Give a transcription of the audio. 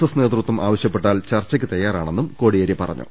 S നേതൃത്വം താല്പരൃപ്പെട്ടാൽ ചർച്ചക്ക് തയ്യാറാണെന്നും കോടിയേരി പറഞ്ഞു